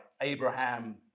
Abraham